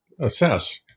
assess